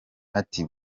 ati